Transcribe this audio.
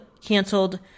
canceled